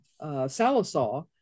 Salisaw